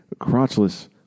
crotchless